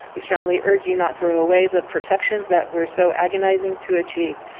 we strongly urge you not throw away the protections that we're so agonizing to achieve.